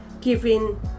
giving